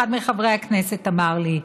אחד מחברי הכנסת אמר לי,